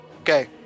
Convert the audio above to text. Okay